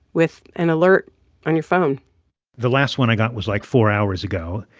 with an alert on your phone the last one i got was, like, four hours ago.